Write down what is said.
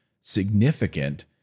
significant